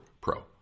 pro